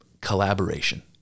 collaboration